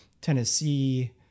Tennessee